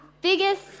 biggest